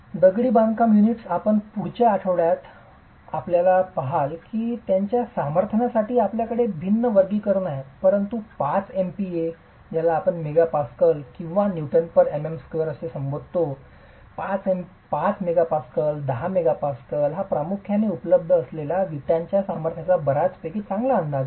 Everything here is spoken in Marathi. दगडी बांधकाम युनिट्स आपण पुढच्या आठवड्यात आपल्याला पहाल की त्यांच्या सामर्थ्यासाठी आमच्याकडे भिन्न वर्गीकरण आहे परंतु 5 MPa किंवा 5 Nmm2 किंवा 10 Nmm2 हा प्रामुख्याने उपलब्ध असलेल्या विटांच्या सामर्थ्याचा बर्यापैकी चांगला अंदाज आहे